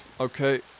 Okay